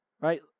Right